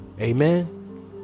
Amen